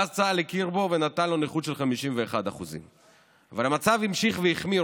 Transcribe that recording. ואז צה"ל הכיר בו ונתן לו נכות של 51%. אבל המצב המשיך והחמיר.